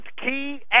key